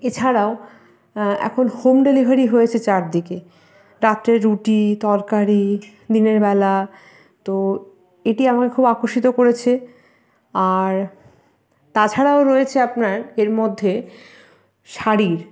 এছাড়াও এখন home delivery হয়েছে চারদিকে রাত্রে রুটি তরকারি দিনেরবেলা তো এটি আমাকে খুব আকর্ষিত করেছে আর তাছাড়াও রয়েছে আপনার এর মধ্যে শাড়ির